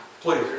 Please